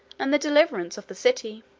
and the deliverance of the city.